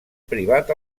privat